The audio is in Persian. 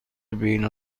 بین